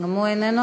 גם הוא איננו,